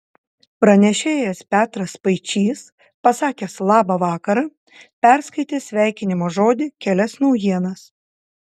pranešėjas petras spaičys pasakęs labą vakarą perskaitė sveikinimo žodį kelias naujienas